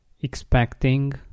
expecting